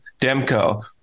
Demko